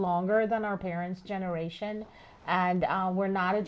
longer than our parents generation and we're not a